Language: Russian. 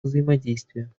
взаимодействия